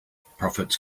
profits